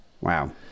wow